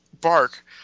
bark